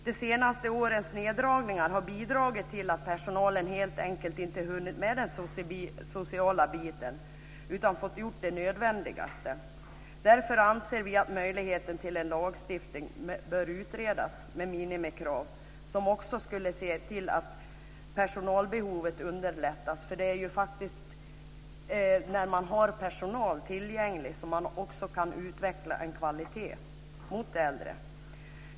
De senaste årens neddragningar har bidragit till att personalen helt enkelt inte hunnit med den sociala biten utan fått göra det nödvändigaste. Därför anser vi att möjligheten till en lagstiftning bör utredas med minimikrav som också skulle se till att underlätta när det gäller personalbehovet. Det är när man har personal tillgänglig som man kan utveckla en kvalitet gentemot de äldre.